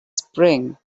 spring